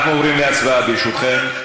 אנחנו עוברים להצבעה, ברשותכם.